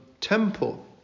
temple